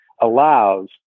allows